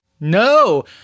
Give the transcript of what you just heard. No